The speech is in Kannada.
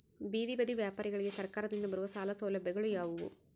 ಬೇದಿ ಬದಿ ವ್ಯಾಪಾರಗಳಿಗೆ ಸರಕಾರದಿಂದ ಬರುವ ಸಾಲ ಸೌಲಭ್ಯಗಳು ಯಾವುವು?